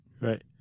Right